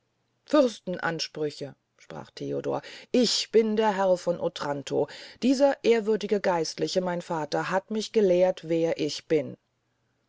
fürsten ansprüche sprach theodor ich bin herr von otranto dieser ehrwürdige geistliche mein vater hat mich gelehrt wer ich bin